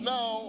Now